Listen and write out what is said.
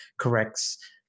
corrects